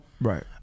Right